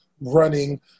running